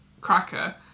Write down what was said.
cracker